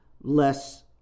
less